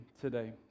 today